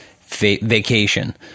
vacation